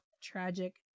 tragic